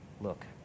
look